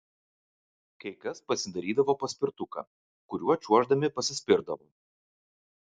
kai kas pasidarydavo paspirtuką kuriuo čiuoždami pasispirdavo